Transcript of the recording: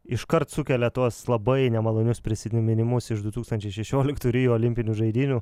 iškart sukelia tuos labai nemalonius prisiminimus iš du tūkstančiai šešioliktų rio olimpinių žaidynių